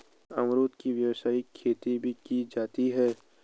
अमरुद की व्यावसायिक खेती भी की जाती है